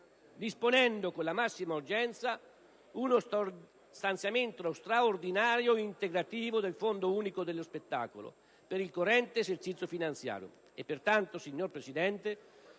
disponendo con la massima urgenza uno stanziamento straordinario integrativo del Fondo unico dello spettacolo per il corrente esercizio finanziario. Pertanto, signor Presidente,